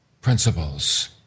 principles